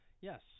Yes